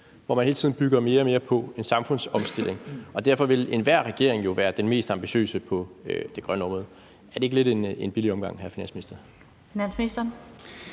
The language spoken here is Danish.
hvor man hele tiden bygger mere og mere på en samfundsomstilling, og derfor vil enhver regering jo være den mest ambitiøse på det grønne område. Er det ikke lidt en billig omgang, hr. finansminister?